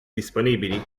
disponibili